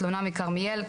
תלונה מכרמיאל,